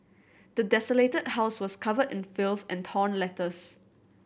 the desolated house was covered in filth and torn letters